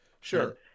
Sure